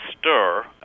stir